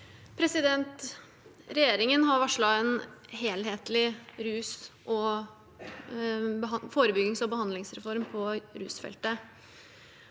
Regjeringen har varslet en helhetlig forebyggings- og behandlingsreform på rusfeltet.